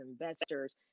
investors